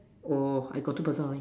oh I got two person only